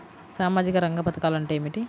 సామాజిక రంగ పధకాలు అంటే ఏమిటీ?